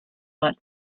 went